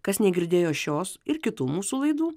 kas negirdėjo šios ir kitų mūsų laidų